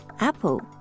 Apple